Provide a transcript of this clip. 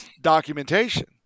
documentation